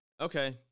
Okay